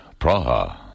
Praha